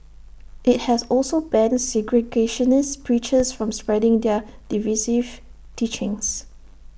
IT has also banned segregationist preachers from spreading their divisive teachings